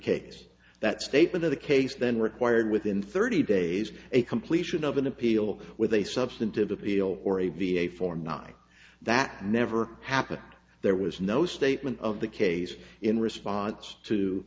case that statement of the case then required within thirty days a completion of an appeal with a substantive appeal or a v a form nine that never happened there was no statement of the case in response to